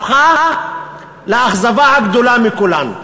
הפכה לאכזבה הגדולה מכולן.